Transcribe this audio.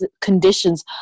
conditions